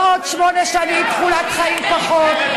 לא עוד תוחלת חיים של שמונה שנים פחות,